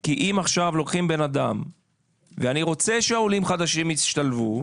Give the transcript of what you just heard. כי אם לוקחים אדם ואני רוצה שהעולים החדשים ישתלבו,